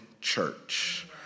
church